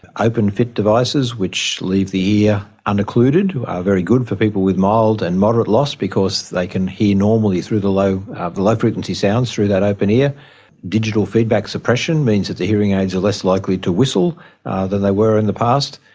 open-fit devices which leave the ear un-occluded are very good for people with mild and moderate loss because they can hear normally through the low low frequency sounds through that open ear digital feedback suppression means that the hearing aids are less likely to whistle than they were in the past,